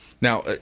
Now